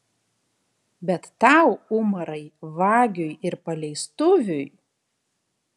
bet tau umarai vagiui ir paleistuviui